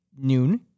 Noon